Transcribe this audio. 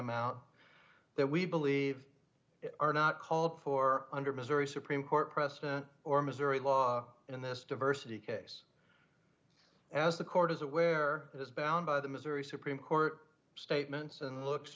amount that we believe are not called for under missouri supreme court precedent or missouri law in this diversity case as the court is aware it is bound by the missouri supreme court statements and looks